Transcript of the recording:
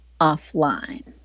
offline